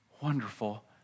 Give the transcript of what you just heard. wonderful